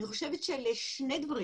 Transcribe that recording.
אני חושבת שאלה שני דברים.